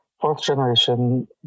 fourth-generation